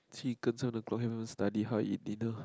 chicken sun o-clock haven't even study how I eat dinner